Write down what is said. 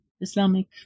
Islamic